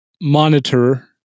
monitor